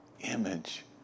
image